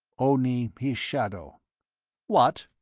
only his shadow what!